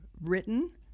written